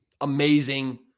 amazing